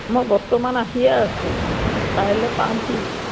মই বৰ্তমান আহিয়ে আছোঁ কাইলৈ পামহি